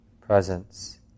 presence